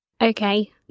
Okay